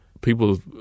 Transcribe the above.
people